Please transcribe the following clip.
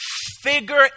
Figure